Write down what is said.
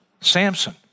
Samson